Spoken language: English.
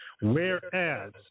Whereas